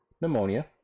pneumonia